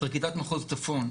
פרקליטת מחוז צפון,